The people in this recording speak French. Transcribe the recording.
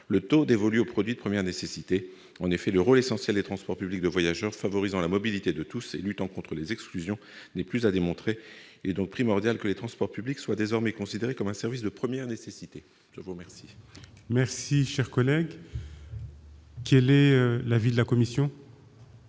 le taux appliqué aux produits de première nécessité. En effet, le rôle essentiel des transports publics de voyageurs pour favoriser la mobilité de tous et lutter contre les exclusions n'est plus à démontrer. Il est donc primordial que les transports publics soient désormais considérés comme un service de première nécessité. Quel est l'avis de la commission ?